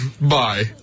Bye